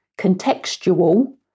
contextual